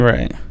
Right